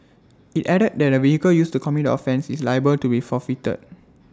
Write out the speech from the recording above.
IT added that the vehicle used to commit the offence is liable to be forfeited